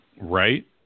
Right